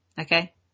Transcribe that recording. Okay